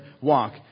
walk